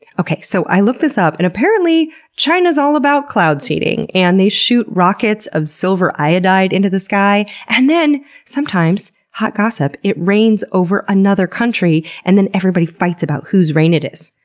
okay, so i looked this up, and apparently china's all about cloud seeding, and they shoot rockets of silver iodide into the sky and then sometimes, hot gossip, it rains over another country, and then everybody fights about whose rain it is.